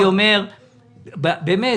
נפל